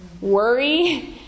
worry